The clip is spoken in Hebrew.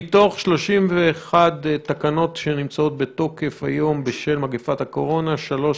מתוך 31 תקנות שנמצאות בתוקף היום בשל מגפת הקורונה שלוש